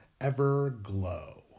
ever-glow